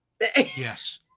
Yes